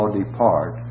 depart